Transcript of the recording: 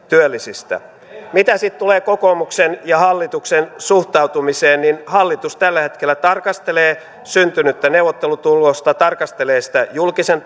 työllisistä mitä sitten tulee kokoomuksen ja hallituksen suhtautumiseen niin hallitus tällä hetkellä tarkastelee syntynyttä neuvottelutulosta tarkastelee sitä julkisen